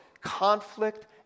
conflict